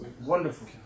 Wonderful